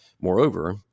Moreover